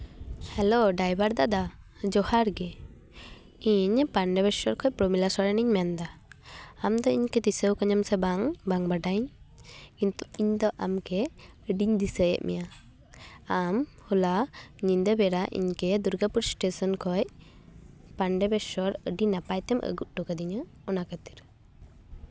hello driver ᱫᱟᱫᱟ ᱡᱚᱦᱟᱨ ᱜᱮ ᱤᱧ ᱯᱟᱱᱰᱚᱵᱮᱥᱥᱚᱨ ᱠᱷᱚᱱ ᱯᱨᱚᱢᱤᱞᱟ ᱥᱚᱨᱮᱱᱤᱧ ᱢᱮᱱᱫᱟ ᱟᱢ ᱫᱚ ᱤᱧ ᱫᱤᱥᱟᱹ ᱠᱟᱹᱫᱤᱧ ᱟᱢ ᱥᱮ ᱵᱟᱝᱼᱵᱟᱝ ᱵᱟᱰᱟᱭᱤᱧ ᱠᱤᱱᱛᱩ ᱤᱧ ᱫᱚ ᱟᱢᱜᱮ ᱟᱹᱰᱤᱧ ᱫᱤᱥᱟᱹᱭᱮᱫ ᱢᱮᱭᱟ ᱟᱢ ᱦᱚᱞᱟ ᱧᱤᱫᱟᱹᱵᱮᱲᱟ ᱤᱧ ᱜᱮ ᱫᱩᱨᱜᱟᱯᱩᱨ ᱮᱥᱴᱮᱥᱮᱱ ᱠᱷᱚᱱ ᱯᱟᱱᱰᱚᱵᱮᱥᱥᱚᱨ ᱟᱹᱰᱤ ᱱᱟᱯᱟᱭ ᱛᱮᱢ ᱟᱹᱜᱩ ᱦᱚᱴᱚ ᱠᱟᱹᱫᱤᱧᱟ ᱚᱱᱟ ᱠᱷᱟᱹᱛᱤᱨ